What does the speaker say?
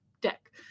deck